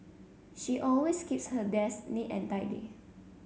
she always keeps her desk neat and tidy